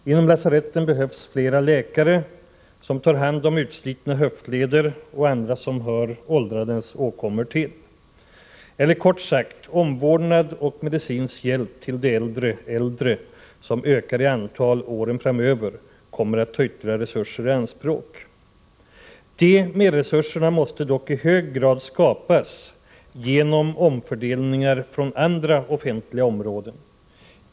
På lasaretten behövs flera läkare som tar hand om utslitna höftleder och annat som hör åldrandets åkommor till. Kort sagt — omvårdnad och medicinsk hjälp till de äldre, som ökar i antal åren framöver, kommer att ta ytterligare resurser i anspråk. Dessa merresurser måste dock i hög grad skapas genom omfördelningar från andra offentliga områden.